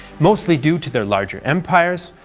mostly due to their larger empires,